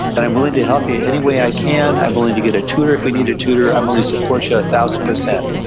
but i'm willing to help you any way i can. i'm willing to get a tutor if we need a tutor. i'm willing to support you a thousand percent,